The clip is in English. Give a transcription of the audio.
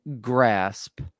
Grasp